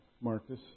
Marcus